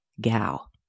gal